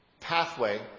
pathway